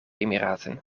emiraten